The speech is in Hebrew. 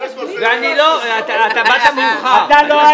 באת מאוחר.